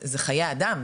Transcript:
זה חיי אדם,